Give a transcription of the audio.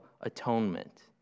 atonement